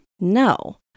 No